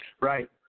right